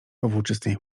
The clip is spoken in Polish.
powłóczystej